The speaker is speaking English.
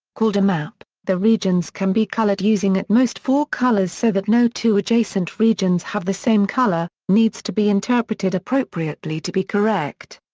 called a map, the regions can be colored using at most four colors so that no two adjacent regions have the same color', needs to be interpreted appropriately to be correct.